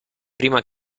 prima